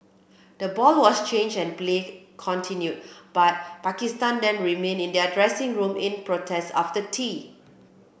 the ball was changed and play continued but Pakistan then remained in their dressing room in protest after tea